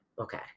Okay